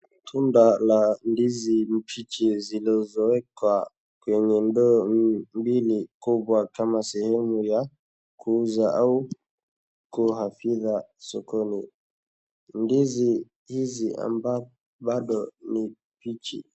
Tunda la ndizi mbichi zilizowekwa kwenye ndoo mbili kubwa kama sehemu ya kuuza au kuhifadhiwa sokoni, ndizi hizi ambazo bado ni mbichi.